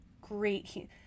great